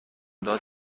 داد